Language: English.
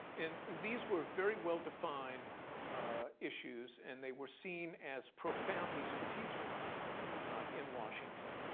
and these were very well-defined issues. and they were seen as profoundly strategic in washington.